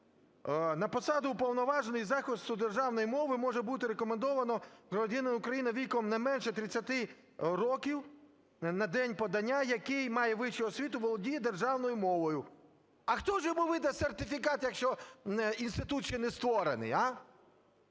"На посаду Уповноваженого із захисту державної мови може бути рекомендовано громадянина України, віком не менше 30 років на день подання, який має вищу освіту і володіє державною мовою." А хто ж йому видасть сертифікат, якщо інститут ще не створений, а?